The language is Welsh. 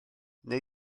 wnei